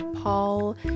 Paul